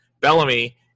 Bellamy